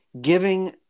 giving